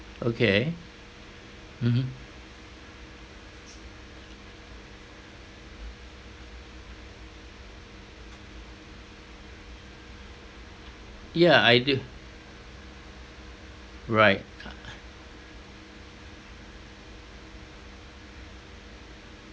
okay mmhmm yeah I do right